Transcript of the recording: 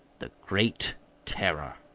the great terror.